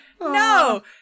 No